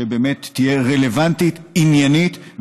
שבאמת תהיה רלוונטית ועניינית,